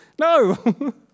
No